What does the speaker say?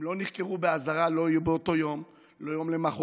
הם לא נחקרו באזהרה, לא באותו יום, לא יום למוחרת,